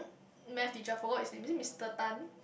math teacher I forgot his name is it Mister Tan